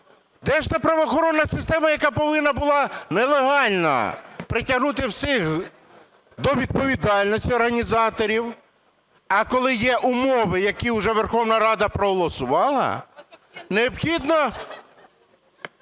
Де ж та правоохоронна система, яка повинна була нелегальна притягнути всіх до відповідальності організаторів, а коли є умови, які уже Верховна Рада проголосувала? Необхідно